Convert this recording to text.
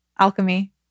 alchemy